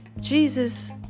Jesus